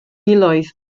miloedd